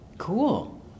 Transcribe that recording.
cool